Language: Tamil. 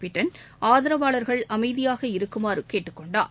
பிடன் ஆதரவாளர்கள் அமைதியாக இருக்குமாறு கேட்டுக் கொண்டார்